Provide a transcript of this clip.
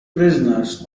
prisoners